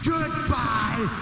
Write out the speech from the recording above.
Goodbye